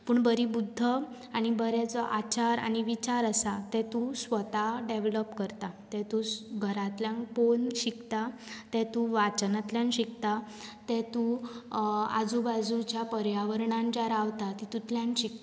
पूण बरी बुद्द आनी बरे जे आचार आनी विचार आसा ते तूं स्वता डॅवलप करता ते तूं घरांतल्यांक पळोवन शिकता ते तूं वाचनांतल्यान शिकता ते तूं आजू बाजूच्या पर्यावरणांत जे रावता तातूंतल्यान शिकता